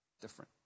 different